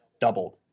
doubled